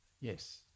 yes